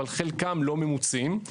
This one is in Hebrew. אבל חלקם לא ממוצים,